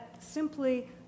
simply